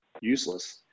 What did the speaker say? useless